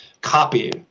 copy